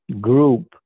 group